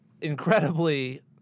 incredibly